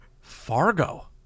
Fargo